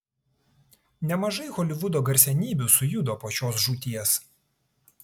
nemažai holivudo garsenybių sujudo po šios žūties